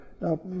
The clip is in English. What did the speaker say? Now